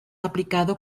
aplicado